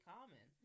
Common